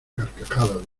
carcajadas